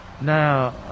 Now